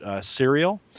cereal